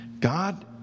God